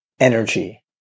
Energy